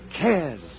cares